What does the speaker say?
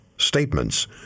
statements